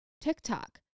TikTok